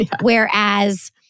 Whereas